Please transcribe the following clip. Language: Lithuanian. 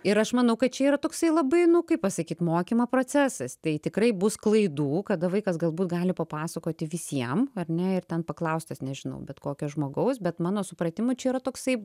ir aš manau kad čia yra toksai labai nu kaip pasakyt mokymo procesas tai tikrai bus klaidų kada vaikas galbūt gali papasakoti visiem ar ne ir ten paklaustas nežinau bet kokio žmogaus bet mano supratimu čia yra toksai